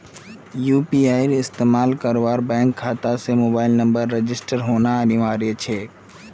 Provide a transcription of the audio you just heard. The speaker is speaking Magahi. यू.पी.आई इस्तमाल करवार त न बैंक खाता स मोबाइल नंबरेर रजिस्टर्ड होना अनिवार्य छेक